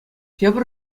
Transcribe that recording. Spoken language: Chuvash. тепӗр